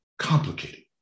complicated